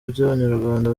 by’abanyarwanda